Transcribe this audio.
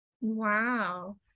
Wow